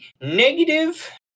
negative